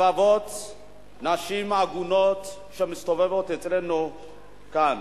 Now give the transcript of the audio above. לרבבות נשים עגונות שמסתובבות אצלנו כאן,